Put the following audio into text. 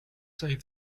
said